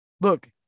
Look